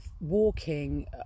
Walking